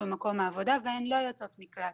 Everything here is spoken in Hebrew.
במקום העבודה והן לא יוצאות מקלט